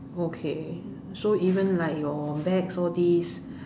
okay so even like your bags all these